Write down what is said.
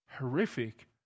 horrific